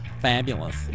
fabulous